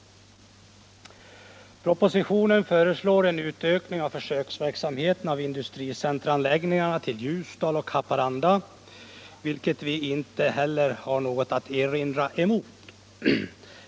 I propositionen föreslås en utökning av försöksverksamheten med industricenteranläggningar till Ljusdal och Haparanda, vilket vi inte har något att erinra mot.